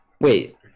Wait